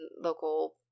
local